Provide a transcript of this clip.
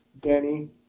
Danny